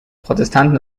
protestanten